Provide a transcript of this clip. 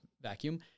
vacuum